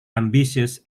ambitious